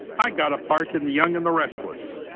i got a part in the young and the restless.